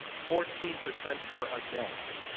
fourteen percent were against.